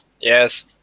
yes